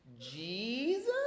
Jesus